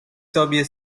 sobie